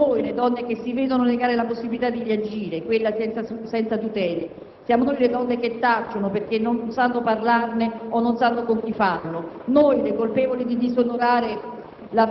siamo noi le donne che si vedono negare la possibilità di reagire, quelle senza tutele; siamo noi le donne che tacciono perché non sanno parlarne o non sanno con chi farlo; noi le colpevoli di disonorare